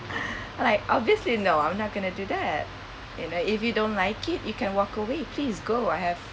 like obviously no I'm not going to do that you know if you don't like it you can walk away please go I have